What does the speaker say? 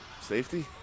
safety